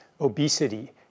obesity